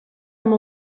amb